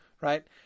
right